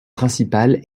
principale